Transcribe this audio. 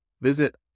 Visit